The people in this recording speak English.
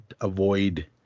Avoid